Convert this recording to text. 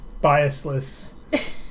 biasless